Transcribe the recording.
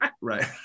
right